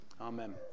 Amen